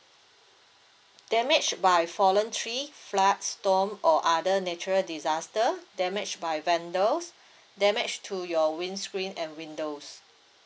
damage by fallen tree flood storm or other natural disaster damage by vandals damage to your windscreen and windows